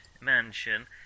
mansion